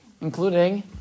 including